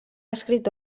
escrit